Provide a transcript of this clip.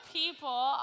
people